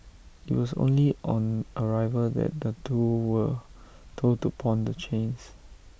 IT was only on arrival that the two were told to pawn the chains